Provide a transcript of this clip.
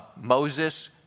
Moses